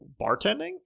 bartending